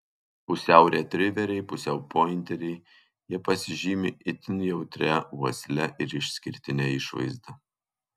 pusiau retriveriai pusiau pointeriai jie pasižymi itin jautria uosle ir išskirtine išvaizda